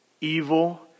evil